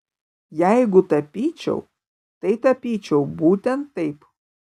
jeigu tapyčiau tai tapyčiau būtent taip